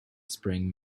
spring